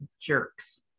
jerks